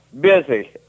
Busy